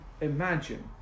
imagine